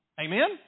Amen